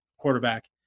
Quarterback